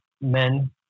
men